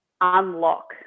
unlock